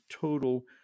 total